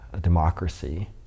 democracy